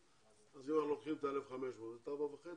אז אם אנחנו לוקחים את ה-1,500 ואת ה-4,500